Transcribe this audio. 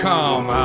Come